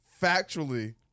factually